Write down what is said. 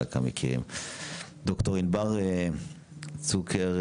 ד"ר ענבר צוקר,